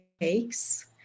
takes